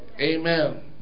Amen